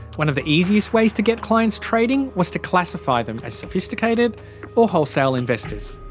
one of the easiest ways to get clients trading was to classify them as sophisticated or wholesale investors.